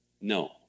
No